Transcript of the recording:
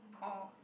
or